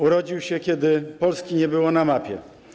Urodził się, kiedy Polski nie było na mapie.